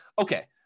okay